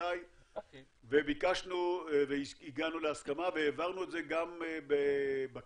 טלאי וביקשנו והגענו להסכמה והעברנו את זה גם בכנסת,